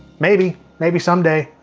maybe. maybe someday.